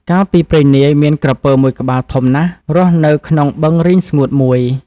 កាលពីព្រេងនាយ មានក្រពើមួយក្បាលធំណាស់ រស់នៅក្នុងបឹងរីងស្ងួតមួយ។